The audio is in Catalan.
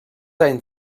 anys